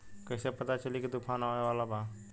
कइसे पता चली की तूफान आवा वाला बा?